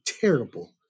terrible